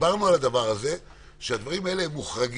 דיברנו על כך שהדברים האלה מוחרגים,